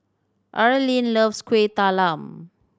Arlyne loves Kueh Talam